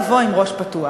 לבוא עם ראש פתוח.